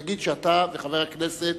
נגיד שאתה וחבר הכנסת